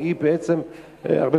חלילה נגד התפילות.